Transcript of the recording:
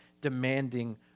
demanding